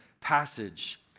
passage